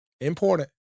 Important